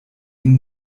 ihn